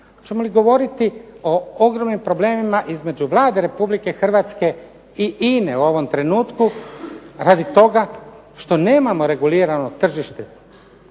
Hoćemo li govoriti o ogromnim problemima između Vlade Republike Hrvatske i INA-e u ovom trenutku radi toga što nemamo regulirano tržište